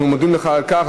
אנחנו מודים לך על כך.